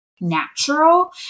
natural